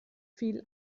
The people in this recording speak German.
viel